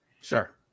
Sure